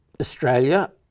Australia